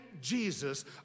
Jesus